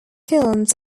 films